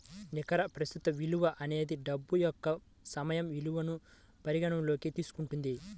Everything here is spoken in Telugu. నికర ప్రస్తుత విలువ అనేది డబ్బు యొక్క సమయ విలువను పరిగణనలోకి తీసుకుంటుంది